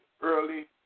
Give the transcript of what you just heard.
early